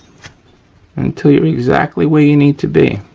until you're exactly where you need to be.